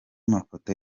mafoto